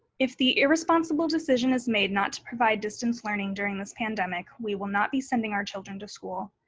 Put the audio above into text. if the irresponsible decision is made not to provide distance learning during this pandemic, we will not be sending our children to school.